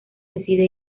decide